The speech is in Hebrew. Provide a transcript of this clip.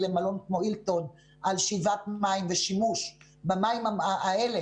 למלון כמו הילטון על שאיבת מים ושימוש במים האלה,